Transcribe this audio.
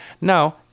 Now